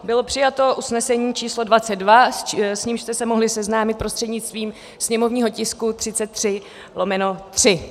Bylo přijato usnesení č. 22, s nímž jste se mohli seznámit prostřednictvím sněmovního tisku 33/3.